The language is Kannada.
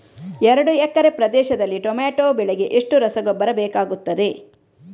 ಎರಡು ಎಕರೆ ಪ್ರದೇಶದಲ್ಲಿ ಟೊಮ್ಯಾಟೊ ಬೆಳೆಗೆ ಎಷ್ಟು ರಸಗೊಬ್ಬರ ಬೇಕಾಗುತ್ತದೆ?